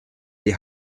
die